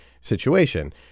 situation